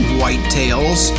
whitetails